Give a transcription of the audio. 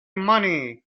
money